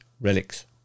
Relics